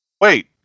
Wait